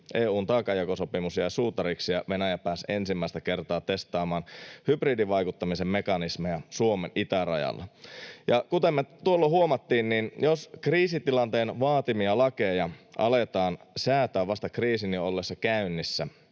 EU:n taakanjakosopimus jäi suutariksi ja Venäjä pääsi ensimmäistä kertaa testaamaan hybridivaikuttamisen mekanismeja Suomen itärajalla. Ja kuten me tuolloin huomattiin, niin jos kriisitilanteen vaatimia lakeja aletaan säätää vasta kriisin jo ollessa käynnissä,